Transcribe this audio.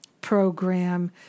program